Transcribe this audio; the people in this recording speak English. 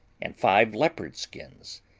and five leopards' skins,